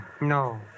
no